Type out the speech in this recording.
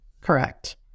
correct